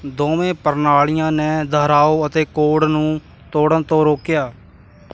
ਦੋਵੇਂ ਪ੍ਰਣਾਲੀਆਂ ਨੇ ਦੁਹਰਾਓ ਅਤੇ ਕੋਡ ਨੂੰ ਤੋੜਨ ਤੋਂ ਰੋਕਿਆ